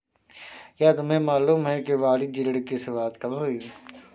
क्या तुम्हें मालूम है कि वाणिज्य ऋण की शुरुआत कब हुई?